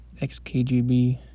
XKGB